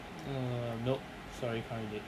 err nope sorry can't relate